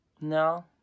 No